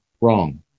Wrong